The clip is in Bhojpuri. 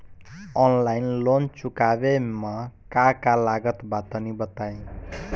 आनलाइन लोन चुकावे म का का लागत बा तनि बताई?